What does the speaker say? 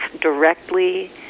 directly